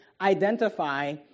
identify